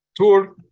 Tur